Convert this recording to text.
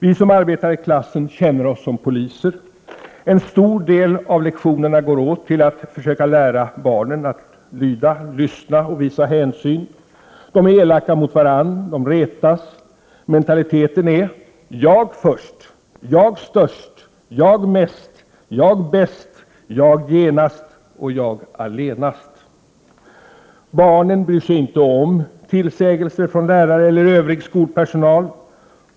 Vi som arbetar i klassen känner oss som poliser. En stor del av lektionerna går åt till att försöka lära barnen att lyda, lyssna och visa hänsyn. De är elaka mot varandra och retas. Mentaliteten är: JAG först, JAG störst, JAG mest, JAG bäst, JAG genast och JAG allenast. Barnen bryr sig inte om tillsägelser från lärare eller övrig skolpersonal.